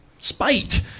Spite